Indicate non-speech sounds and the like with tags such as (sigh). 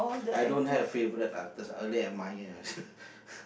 I don't have favourite ah there's only admire (breath)